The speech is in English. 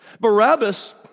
Barabbas